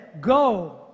Go